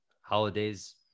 Holidays